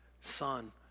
son